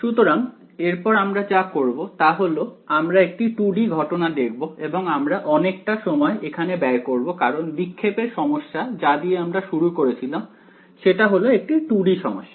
সুতরাং এরপর আমরা যা করব তা হলো আমরা একটি 2 D ঘটনা দেখব এবং আমরা অনেকটা সময় এখানে ব্যয় করবো কারণ বিক্ষেপের সমস্যা যা দিয়ে আমরা শুরু করে ছিলাম সেটা হল একটি 2 D সমস্যা